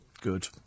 Good